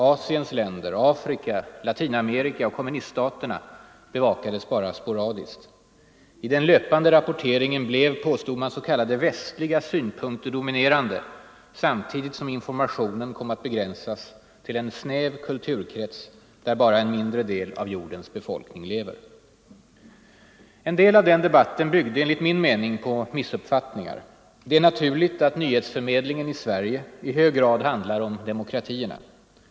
Asiens länder, Afrika, Latinamerika och kommuniststaterna bevakades bara sporadiskt. I den löpande rapporteringen blev, påstod man, s.k. västliga synpunkter dominerande samtidigt som informationen kom att begränsas till en snäv kulturkrets där bara en mindre del av jordens befolkning lever. En del av den debatten byggde, enligt min mening, på missuppfattningar. Det är naturligt att nyhetsförmedlingen i Sverige i hög grad handlar om demokratierna.